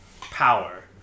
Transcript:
Power